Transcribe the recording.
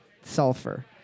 Sulfur